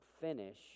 finish